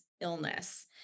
illness